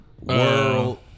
world